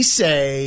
say